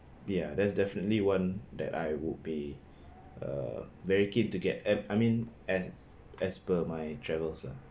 ya that's definitely one that I would be uh very keen to get m~ I mean as as per my travels lah